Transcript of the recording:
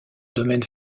domaine